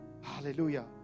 Hallelujah